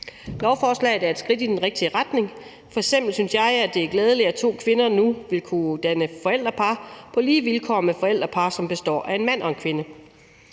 Lovforslaget er et skridt i den rigtige retning. F.eks. synes jeg, det er glædeligt, at to kvinder nu vil kunne danne forældrepar på lige vilkår med forældrepar, som består af en mand og en kvinde.